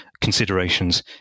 considerations